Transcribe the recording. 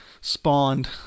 spawned